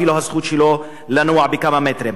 אפילו הזכות שלו לנוע בכמה מטרים.